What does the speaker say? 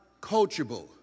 coachable